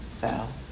fell